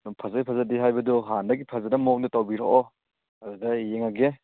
ꯐꯖꯩ ꯐꯖꯗꯦ ꯍꯥꯏꯕꯗꯨ ꯍꯥꯟꯅꯗꯒꯤ ꯐꯖꯅꯕ ꯃꯑꯣꯡꯗ ꯇꯧꯕꯤꯔꯛꯑꯣ ꯑꯗꯨꯗ ꯌꯦꯡꯉꯒꯦ